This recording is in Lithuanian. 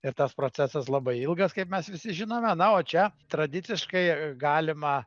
ir tas procesas labai ilgas kaip mes visi žinome na o čia tradiciškai galima